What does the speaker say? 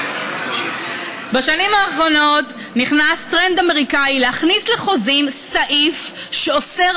בשנים האחרונות נכנס טרנד אמריקני: להכניס לחוזים סעיף שאוסר